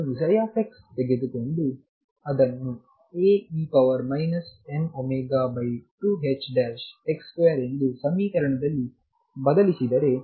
ನಾನು x ತೆಗೆದುಕೊಂಡು ಅದನ್ನು Ae mω2ℏx2ಎಂದು ಸಮೀಕರಣದಲ್ಲಿ ಬದಲಿಸಿದರೆ